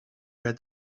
read